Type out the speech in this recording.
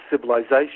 civilization